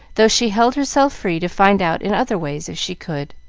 though she held herself free to find out in other ways, if she could.